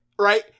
right